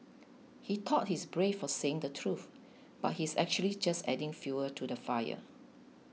he thought he's brave for saying the truth but he's actually just adding fuel to the fire